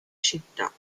città